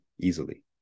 easily